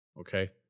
Okay